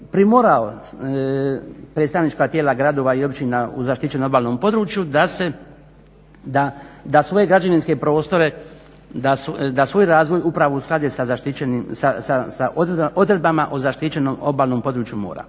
primorao predstavnička tijela gradova i općina u zaštićenom obalnom području da svoje građevinske prostore, da svoj razvoj upravo usklade sa zaštićenim, sa odredbama o zaštićenom obalnom području mora.